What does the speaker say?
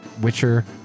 witcher